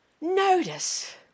Notice